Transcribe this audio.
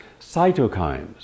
cytokines